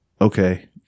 Okay